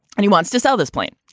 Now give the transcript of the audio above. and he wants to sell this plane.